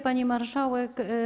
Pani Marszałek!